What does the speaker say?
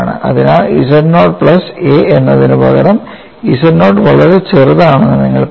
അതിനാൽ z nought plus a എന്നതിനുപകരം z nought വളരെ ചെറുതാണെന്ന് നിങ്ങൾ പറയും